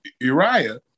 Uriah